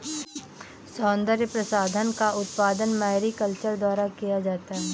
सौन्दर्य प्रसाधन का उत्पादन मैरीकल्चर द्वारा किया जाता है